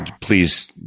please